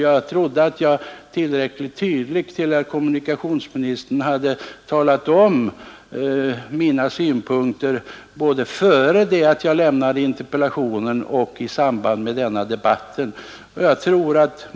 Jag trodde att jag tillräckligt tydligt hade redogjort för mina synpunkter för herr kommunikationsministern, både innan jag framställde interpellationen och nu i samband med denna debatt.